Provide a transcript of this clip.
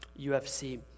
UFC